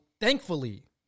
thankfully